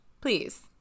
Please